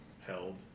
held